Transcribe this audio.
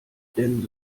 denn